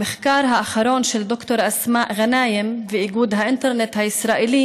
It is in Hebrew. המחקר האחרון של ד"ר אסמא גנאים ואיגוד האינטרנט הישראלי